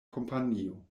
kompanio